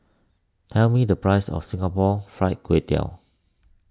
tell me the price of Singapore Fried Kway Tiao